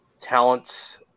talent